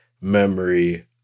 memory